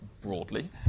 broadly